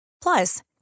Plus